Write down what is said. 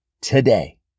today